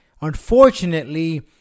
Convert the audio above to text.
unfortunately